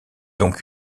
donc